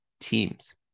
teams